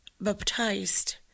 baptized